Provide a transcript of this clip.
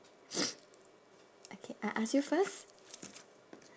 okay I ask you first